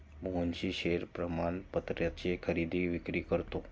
Mohnish share प्रमाणपत्राची खरेदी विक्री करतो